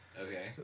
okay